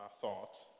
thought